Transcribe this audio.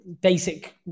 basic